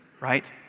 right